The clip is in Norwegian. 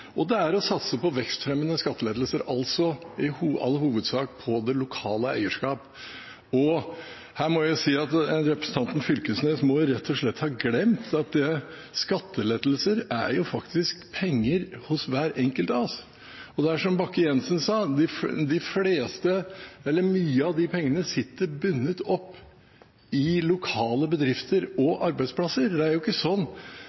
Det er å satse på vekstfremmende skattelettelser, i all hovedsak for det lokale eierskap. Her må jeg si at representanten Knag Fylkesnes rett og slett må ha glemt at skattelettelser faktisk er penger hos hver enkelt av oss. Det er som representanten Bakke-Jensen sa – mye av de pengene er bundet opp i lokale bedrifter og arbeidsplasser. Det er ikke sånn